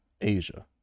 Asia